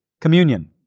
Communion